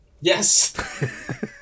Yes